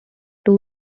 two